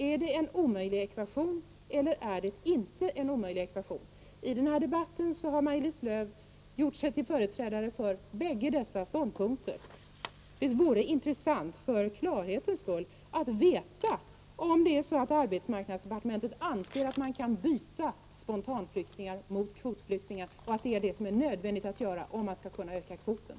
Är det en omöjlig ekvation, eller är det inte en omöjlig ekvation? I denna debatt har Maj-Lis Lööw gjort sig till företrädare för bägge dessa ståndpunkter. Det vore för klarhetens skull intressant att få veta om man inom arbetsmarknadsdepartementet anser att man kan byta spontanflyktingar mot kvotflyktingar, och att detta är nödvändigt om vi skall kunna öka flyktingkvoten.